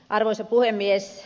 arvoisa puhemies